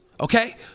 Okay